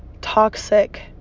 toxic